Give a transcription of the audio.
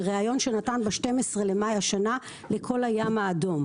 מריאיון שנתן ב-12 במאי השנה לקול הים האדום.